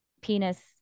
penis